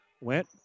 Went